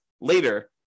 later